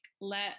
let